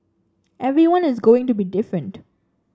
everyone is going to be different